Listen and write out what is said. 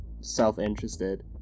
self-interested